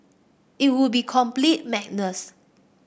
it would be complete madness